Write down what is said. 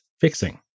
fixing